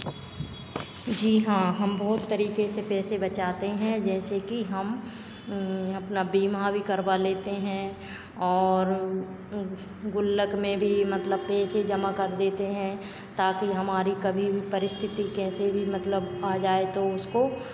जी हाँ हम बहुत तरीके से पैसे बचाते हैं जैसे कि हम अपना बीमा भी करवा लेते हैं और गुल्लक में भी मतलब पैसे जमा कर देते हैं ताकि हमारी कभी परिस्थिति कैसे भी मतलब आ जाए तो उसको